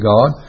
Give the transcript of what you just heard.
God